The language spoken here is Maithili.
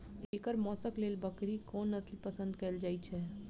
एकर मौशक लेल बकरीक कोन नसल पसंद कैल जाइ छै?